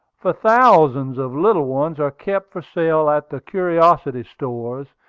for thousands of little ones are kept for sale at the curiosity stores,